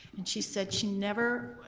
and she said she never,